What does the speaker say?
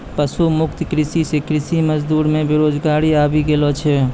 पशु मुक्त कृषि से कृषि मजदूर मे बेरोजगारी आबि गेलो छै